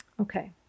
Okay